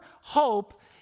hope